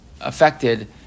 affected